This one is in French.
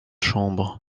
chambre